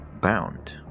bound